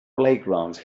playgrounds